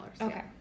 Okay